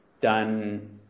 done